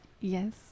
Yes